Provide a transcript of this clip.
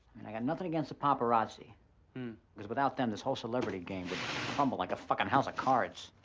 and i got nothing against the paparazzi cause without them this whole celebrity game would crumble like a fuckin house of cards.